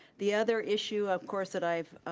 the other issue, of course, that i've,